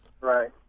Right